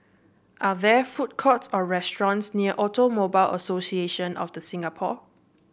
are there food courts or restaurants near Automobile Association of The Singapore